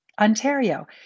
Ontario